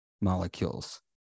molecules